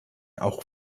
auch